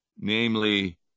namely